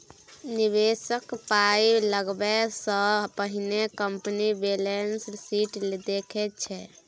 निबेशक पाइ लगाबै सँ पहिने कंपनीक बैलेंस शीट देखै छै